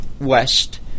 west